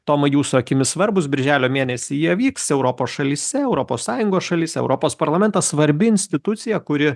tomai jūsų akimis svarbūs birželio mėnesį jie vyks europos šalyse europos sąjungos šalyse europos parlamentas svarbi institucija kuri